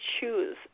choose